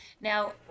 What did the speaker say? Now